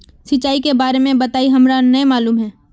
सिंचाई के बारे में बताई हमरा नय मालूम है?